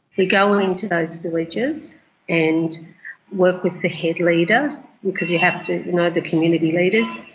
we go into those villages and work with the head leader because we have to know the community leaders,